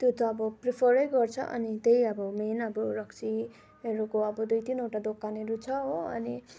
त्यो त अब प्रिफर गर्छ अनि त्यही अब मेन अब रक्सीहरूको अब दुई तिनवटा दोकानहरू छ हो अनि